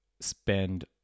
spend